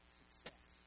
success